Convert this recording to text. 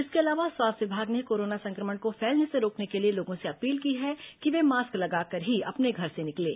इसके अलावा स्वास्थ्य विभाग ने कोरोना संक्रमण को फैलने से रोकने के लिए लोगों से अपील की है कि वे मास्क लगाकर ही अपने घर से निकलें